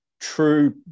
true